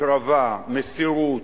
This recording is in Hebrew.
הקרבה, מסירות,